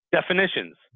definitions